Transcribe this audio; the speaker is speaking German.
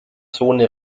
zone